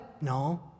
No